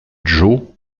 joe